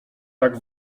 tak